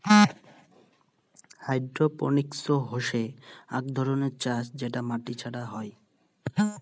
hydroponics হসে আক ধরণের চাষ যেটা মাটি ছাড়া হই